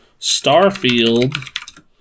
Starfield